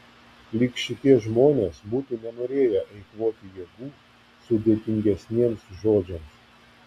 lyg šitie žmonės būtų nenorėję eikvoti jėgų sudėtingesniems žodžiams